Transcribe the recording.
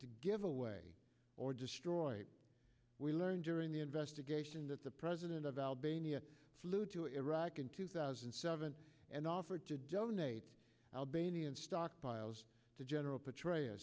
to give away or destroyed we learned during the investigation that the president of albania flew to iraq in two thousand and seven and offered to donate albanian stockpiles to general petra